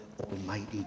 Almighty